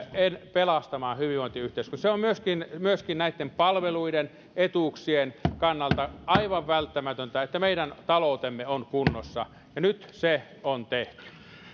pelastamaan hyvinvointiyhteiskuntaa se on myöskin myöskin näitten palveluiden ja etuuksien kannalta aivan välttämätöntä että meidän taloutemme on kunnossa ja nyt se on tehty